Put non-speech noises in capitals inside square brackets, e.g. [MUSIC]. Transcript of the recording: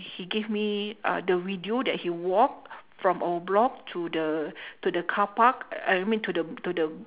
he gave me uh the video he walked from our block to the [BREATH] to the car park uh I mean to the to the